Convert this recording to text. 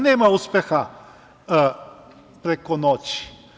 Nema uspeha preko noći.